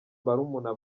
barumuna